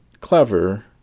clever